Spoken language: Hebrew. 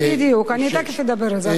בדיוק, אני תיכף אדבר על זה.